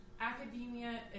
academia